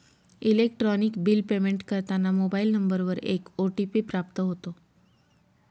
electronic bill payment करताना mobile नंबरवर एक ओ.टी.पी प्राप्त होतो